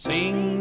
Sing